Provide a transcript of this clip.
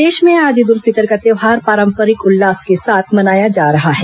प्रदेश में आज ईद उल फितर का त्यौहार पारंपरिक उल्लास के साथ मनाया जा रहा है